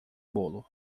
bolo